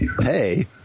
hey